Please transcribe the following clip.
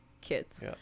kids